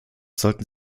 sollten